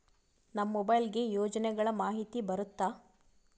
ನಮ್ ಮೊಬೈಲ್ ಗೆ ಯೋಜನೆ ಗಳಮಾಹಿತಿ ಬರುತ್ತ?